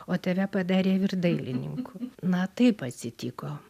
o tave padarė vyr dailininku na taip atsitiko